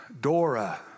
Dora